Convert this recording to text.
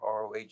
ROH